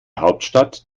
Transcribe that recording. hauptstadt